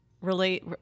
relate